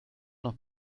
noch